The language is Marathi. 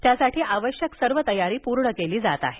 यासाठी आवश्यक सर्व तयारी पूर्ण केली जात आहे